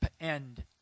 end